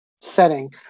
setting